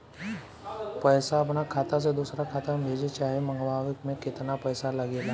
पैसा अपना खाता से दोसरा खाता मे भेजे चाहे मंगवावे में केतना पैसा लागेला?